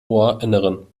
ohrinneren